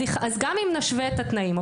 גם אם נשווה את התנאים,